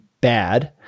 bad